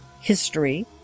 history